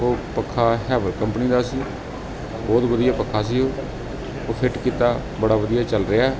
ਉਹ ਪੱਖਾ ਹੇਵਲ ਕੰਪਨੀ ਦਾ ਸੀ ਬਹੁਤ ਵਧੀਆ ਪੱਖਾ ਸੀ ਉਹ ਉਹ ਫਿੱਟ ਕੀਤਾ ਬੜਾ ਵਧੀਆ ਚੱਲ ਰਿਹਾ